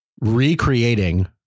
recreating